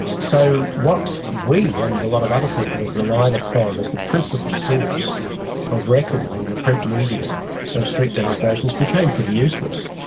so what we and a lot of other people had relied upon as the principal source of record in the print media of street demonstrations became pretty useless.